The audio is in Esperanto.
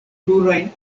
plurajn